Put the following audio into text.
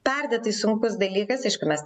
perdėtai sunkus dalykas aišku mes